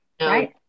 Right